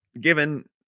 given